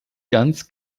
ganz